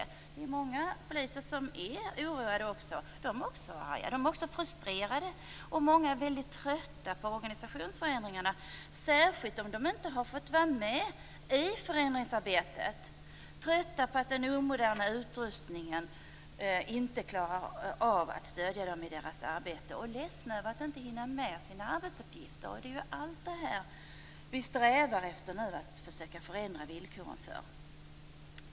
Det är många poliser som också är upprörda och frustrerade. Många har blivit trötta på organisationsförändringarna, särskilt om de inte har fått vara med i förändringsarbetet, trötta på att den omoderna utrustningen inte klarar av att stödja dem i deras arbete och ledsna över att inte hinna med sina arbetsuppgifter. Det är ju allt detta som vi nu strävar efter att förändra villkoren för.